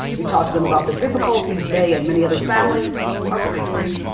we talked to them about the difficulties they and many other families are facing.